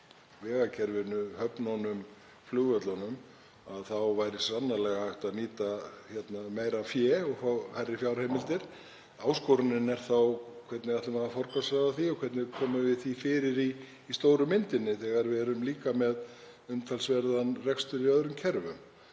vegakerfinu, höfnunum, flugvöllunum, þá væri sannarlega hægt að nýta meira fé og fá hærri fjárheimildir. Áskorunin er þá hvernig við ætlum að forgangsraða því og koma því fyrir í stóru myndinni þegar við erum líka með umtalsverðan rekstur í öðrum kerfum.